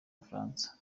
bufaransa